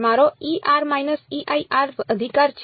મારો અધિકાર છે